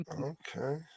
Okay